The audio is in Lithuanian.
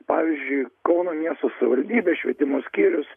pavyzdžiui kauno miesto savivaldybė švietimo skyrius